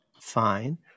Fine